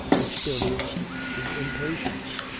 experienced the impatience,